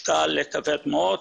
משקל כבד מאוד.